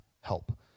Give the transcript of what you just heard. help